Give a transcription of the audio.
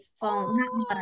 phone